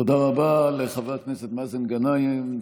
תודה רבה לחבר הכנסת מאזן גנאים,